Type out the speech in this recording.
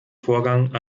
vorgang